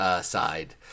side